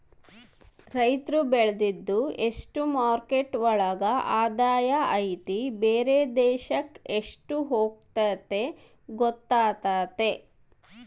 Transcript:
ರೈತ್ರು ಬೆಳ್ದಿದ್ದು ಎಷ್ಟು ಮಾರ್ಕೆಟ್ ಒಳಗ ಆದಾಯ ಐತಿ ಬೇರೆ ದೇಶಕ್ ಎಷ್ಟ್ ಹೋಗುತ್ತೆ ಗೊತ್ತಾತತೆ